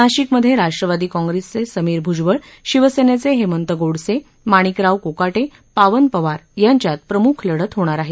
नाशिकमध्ये राष्ट्रवादी काँग्रेसचे समीर भ्जबळ शिवसेनेचे हेमंत गोडसे माणिकराव कोकाटे पावन पवार यांच्यात प्रमुख लढत होणार आहे